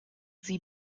sie